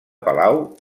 palau